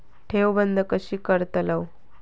ठेव बंद कशी करतलव?